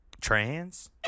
trans